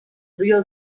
real